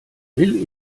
will